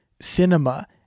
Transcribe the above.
cinema